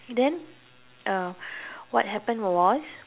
then uh what happened was